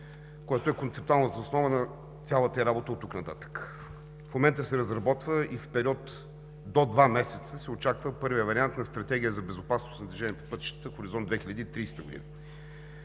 Той е концептуалната основа на цялата ѝ работа оттук нататък. В момента се разработва и в период до два месеца се очаква първият вариант на Стратегия за безопасност на движение по пътищата – Хоризонт 2030 г.,